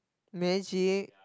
magic